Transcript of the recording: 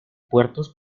puertos